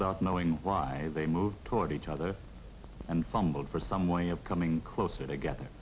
without knowing why they moved toward each other and fumbled for some way of coming closer together